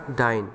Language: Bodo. दाइन